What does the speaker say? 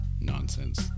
nonsense